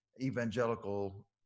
evangelical